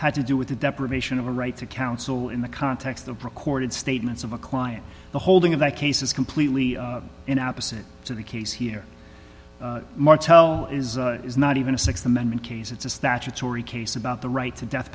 had to do with the deprivation of a right to counsel in the context of recorded statements of a client the holding of that case is completely in opposite to the case here martell is is not even a th amendment case it's a statutory case about the right to death